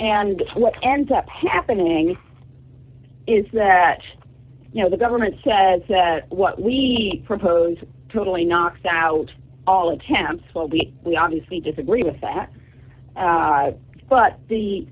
that's what ends up happening is that you know the government says that what we propose totally knocks out all attempts will be we obviously disagree with that but the